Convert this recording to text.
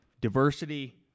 diversity